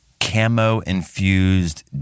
camo-infused